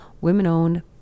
women-owned